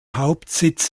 hauptsitz